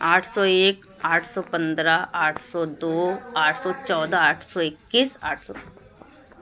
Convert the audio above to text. آٹھ سو ایک آٹھ سو پندرہ آٹھ سو دو آٹھ سو چودہ آٹھ سو اکیس آٹھ سو